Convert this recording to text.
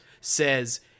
says